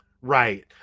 right